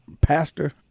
Pastor